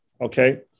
okay